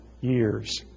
years